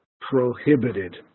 prohibited